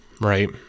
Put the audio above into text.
right